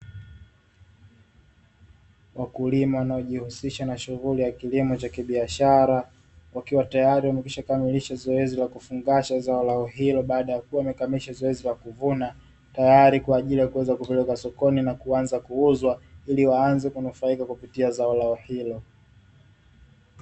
Wakulima wanaojihusisha na shughuli ya kilimo cha kibiashara wakiwa tayari wamekwishakamilisha zoezi la kufungasha zao lao hilo, baada ya kuwa wamekamilisha zoezi la kuvuna, tayari kwa ajili ya kuweza kupelekwa sokoni na kuanza kuuzwa, ili waanze kunufaika kupitia zao lao hilo.